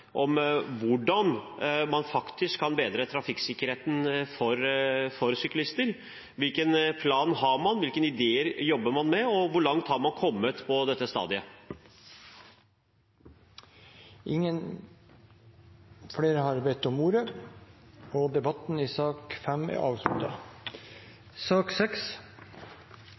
om hvordan man faktisk kan bedre trafikksikkerheten for syklister. Hvilken plan har man, hvilke ideer jobber man med, og hvor langt har man kommet på dette stadiet? Flere har ikke bedt om ordet til sak nr. 5. Det er